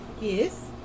yes